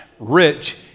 Rich